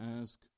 ask